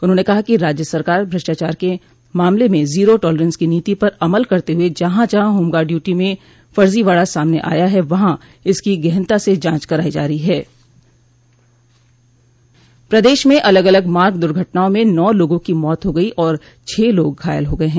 उन्होंने कहा कि राज्य सरकार भ्रष्टाचार के मामले में जीरो टॉलरेंस की नीति पर अमल करते हुए जहां जहां होमगार्ड ड्यूटी में फर्जावाड़ा सामने आया है वहां इसकी गहनता से जांच कराई जा रही हैं प्रदेश में अलग अलग मार्ग दुर्घटनाओं में नौ लोगों की मौत हो गई और छह लोग घायल हो गये हैं